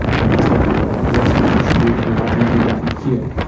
and that's what i did, and that's what you should do, and it ultimately got me here.